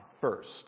first